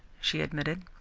she admitted.